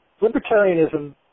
Libertarianism